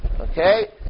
Okay